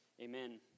amen